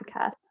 podcast